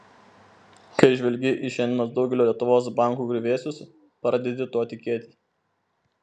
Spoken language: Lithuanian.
kai žvelgi į šiandienos daugelio lietuvos bankų griuvėsius pradedi tuo tikėti